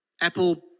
apple